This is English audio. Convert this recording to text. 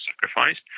sacrificed